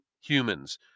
humans